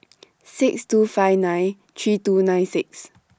six two five nine three two nine six